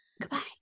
Goodbye